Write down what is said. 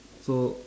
so